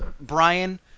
Brian